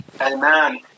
Amen